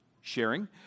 sharing